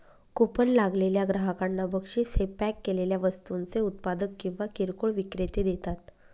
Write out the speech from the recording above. coupon लागलेल्या ग्राहकांना बक्षीस हे पॅक केलेल्या वस्तूंचे उत्पादक किंवा किरकोळ विक्रेते देतात